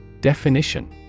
Definition